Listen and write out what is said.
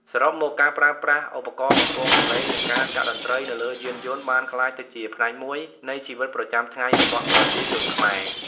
សរុបមក ការប្រើប្រាស់ឧបករណ៍បំពងសម្លេង និងការចាក់តន្រ្តីនៅលើយានយន្តបានក្លាយទៅជាផ្នែកមួយនៃជីវិតប្រចាំថ្ងៃរបស់ប្រជាជនខ្មែរ។